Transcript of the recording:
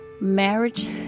marriage